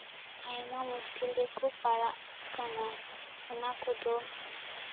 ᱟᱭᱢᱟ ᱢᱩᱥᱠᱤᱞ ᱨᱮᱠᱚ ᱯᱟᱲᱟᱜ ᱠᱟᱱᱟ ᱚᱱᱟ ᱠᱚᱫᱚ